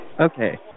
Okay